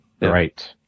Right